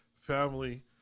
family